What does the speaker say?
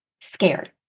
scared